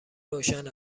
روشن